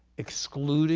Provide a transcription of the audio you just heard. excluding